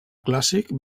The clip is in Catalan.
clàssic